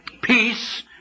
Peace